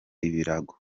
ibirago